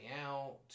out